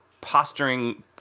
posturing